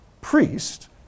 priest